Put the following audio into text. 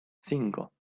cinco